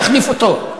יחליף אותו,